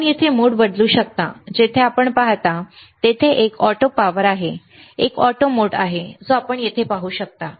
आपण येथे मोड बदलू शकता जेथे आपण पाहता तेथे एक ऑटो पॉवर आहे एक ऑटो मोड आहे जो आपण येथे पाहू शकता